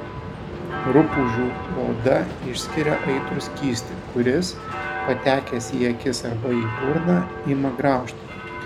rupūžių oda išskiria aitrų skystį kuris patekęs į akis arba į burną ima graužti